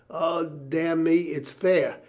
od damn me, it's fair.